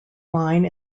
line